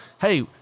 Hey